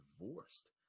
divorced